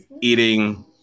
eating